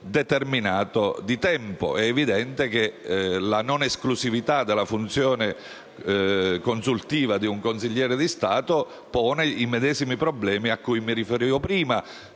determinato di tempo. È evidente che la non esclusività della funzione consultiva di un consigliere di Stato pone i medesimi problemi a cui mi riferivo prima,